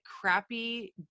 crappy